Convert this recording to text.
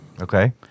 Okay